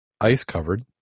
ice-covered